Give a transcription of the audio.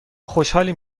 خوشحالیم